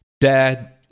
Dad